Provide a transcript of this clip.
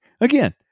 again